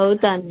ହଉ ତାନେ